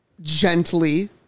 gently